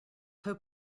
hope